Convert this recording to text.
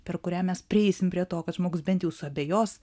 per kurią mes prieisim prie to kad žmogus bent jau suabejos